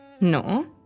No